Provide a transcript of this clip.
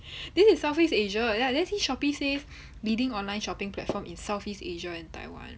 this is southeast asia ya there see shopee says leading online shopping platform in southeast asia and taiwan